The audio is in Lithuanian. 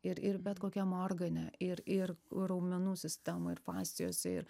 ir ir bet kokiam organe ir ir raumenų sistemoj ir fascijose ir